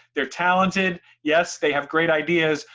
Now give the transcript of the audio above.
they're talented, yes, they have great ideas,